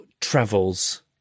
travels